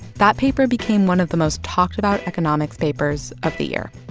that paper became one of the most talked about economics papers of the year.